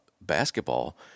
basketball